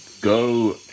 Go